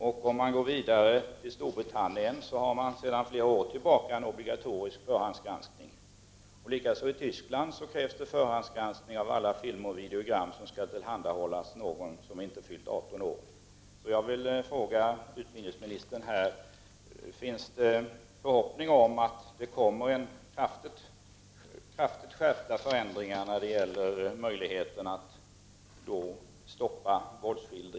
Och om vi går vidare, kan vi konstatera att man i Storbritannien sedan flera år tillbaka har en obligatorisk förhandsgranskning. Likaså krävs det i Tyskland förhandsgranskning av alla filmer och videogram som tillhandahålls dem som inte fyllt 18 år.